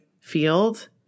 field